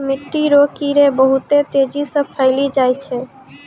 मिट्टी रो कीड़े बहुत तेजी से फैली जाय छै